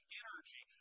energy